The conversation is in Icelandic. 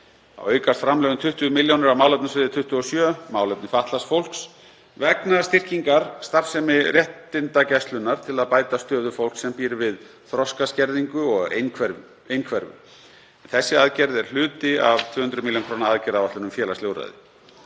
Þá aukast framlög um 20 milljónir á málefnasviði 27, Málefni fatlaðs vegna styrkingar starfsemi réttindagæslunnar til að bæta stöðu fólks sem býr við þroskaskerðingu og einhverfu, en þessi aðgerð er hluti af 200 millj. kr. aðgerðaáætlun um félagsleg úrræði.